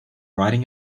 riding